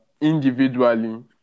individually